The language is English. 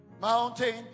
Mountain